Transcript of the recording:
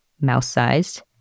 mouse-sized